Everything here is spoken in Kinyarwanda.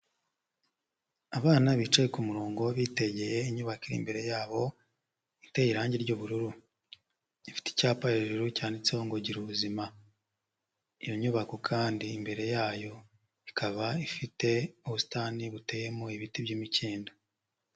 Abana bicaye ku murongo bitegeye inyubako iri imbere yabo, iteye irangi ry'ubururu. Ifite icyapa hejuru cyanditseho ngo gira ubuzima. Iyo nyubako kandi imbere yayo ikaba ifite ubusitani buteyemo ibiti by'imikindo.